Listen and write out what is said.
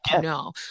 No